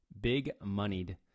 big-moneyed